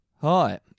Hi